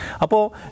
Apo